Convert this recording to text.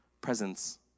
presence